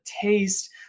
taste